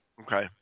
okay